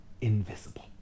invisible